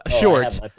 short